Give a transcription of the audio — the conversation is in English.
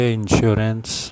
insurance